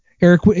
Eric